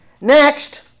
Next